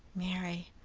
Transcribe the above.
mary!